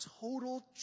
total